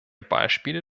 beispiele